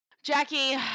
Jackie